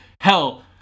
Hell